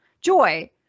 joy